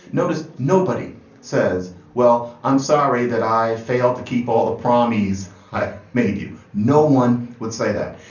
notice nobody says, well, i'm sorry that i fail to keep all the promises i made. you know, one would say that.